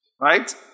Right